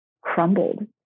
crumbled